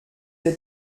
elle